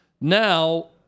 Now